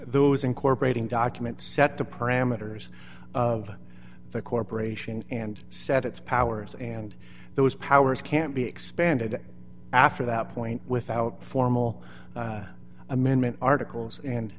those incorporating documents set the parameters of the corporation and set its powers and those powers can be expanded after that point without formal amendment articles and